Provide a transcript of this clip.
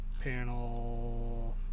Panel